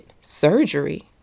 surgery